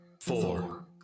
four